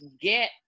get